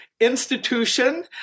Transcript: institution